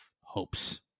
hopes